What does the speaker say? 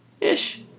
Ish